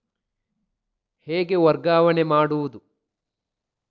ಹೇಗೆ ವರ್ಗಾವಣೆ ಮಾಡುದು?